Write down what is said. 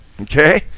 Okay